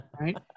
right